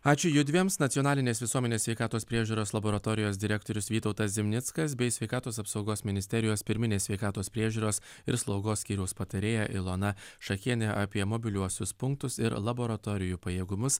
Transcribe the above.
ačiū judviems nacionalinės visuomenės sveikatos priežiūros laboratorijos direktorius vytautas zimnickas bei sveikatos apsaugos ministerijos pirminės sveikatos priežiūros ir slaugos skyriaus patarėja ilona šakienė apie mobiliuosius punktus ir laboratorijų pajėgumus